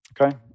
Okay